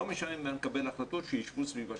לא משנה אם אני מקבל החלטות, שיישבו סביב השולחן,